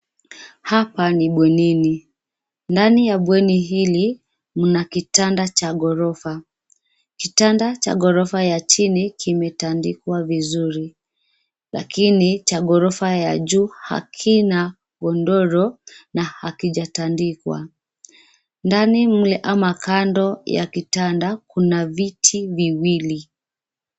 Hapa ni bwenini, ndani ya bweni hili kuna kitanda cha ghorofa. Kitanda cha ghorofa ya chini kimetandikwa vizuri lakini cha ghorofa ya juu hakina godoro na hakijatandikwa. Ndani mle ama kando ya kitanda kuna viti viwili.